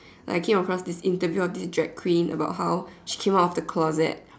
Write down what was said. like I came across this interview of this drag queen about how she came out of the closet